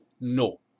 No